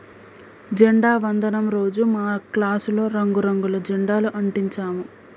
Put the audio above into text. జెండా వందనం రోజు మా క్లాసులో రంగు రంగుల జెండాలు అంటించాము